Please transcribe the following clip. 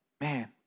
Man